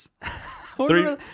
three